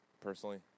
personally